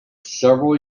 several